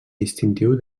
distintiu